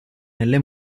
nelle